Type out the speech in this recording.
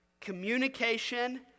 communication